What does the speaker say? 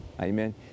amen